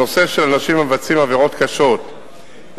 הנושא של אנשים המבצעים עבירות קשות ונשלחים